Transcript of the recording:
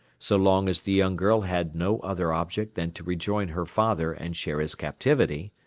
so long as the young girl had no other object than to rejoin her father and share his captivity.